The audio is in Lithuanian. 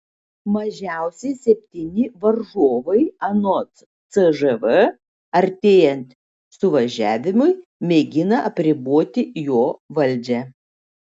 mažiausiai septyni varžovai anot cžv artėjant suvažiavimui mėgina apriboti jo valdžią